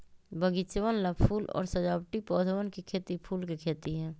बगीचवन ला फूल और सजावटी पौधवन के खेती फूल के खेती है